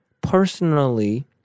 personally